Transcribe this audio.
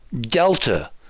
delta